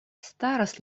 staras